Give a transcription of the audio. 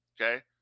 Okay